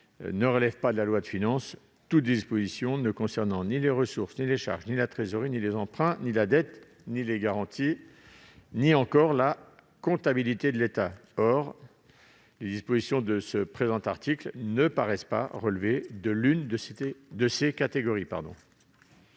ne relève pas de la loi de finances toute disposition ne concernant ni les ressources, ni les charges, ni la trésorerie, ni les emprunts, ni la dette, ni les garanties, ni encore la comptabilité de l'État. Or les dispositions du présent article ne paraissent relever d'aucune de ces catégories.